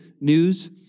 news